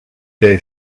day